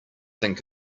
think